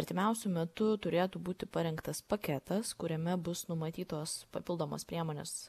artimiausiu metu turėtų būti parengtas paketas kuriame bus numatytos papildomos priemonės